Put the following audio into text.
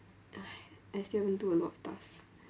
I still don't do a lot of stuff